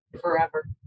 forever